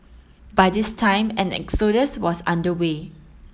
by this time an exodus was under way